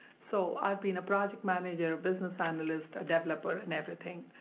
so i've been a project manager, business analyst, a developer and everything.